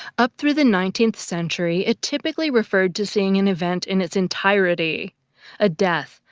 up through the nineteenth century, it typically referred to seeing an event in its entirety a death,